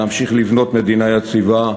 להמשיך לבנות מדינה יציבה,